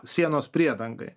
sienos priedangai